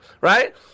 Right